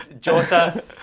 Jota